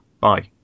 bye